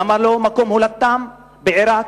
למה לא מקום הולדתם בעירק?